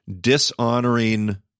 dishonoring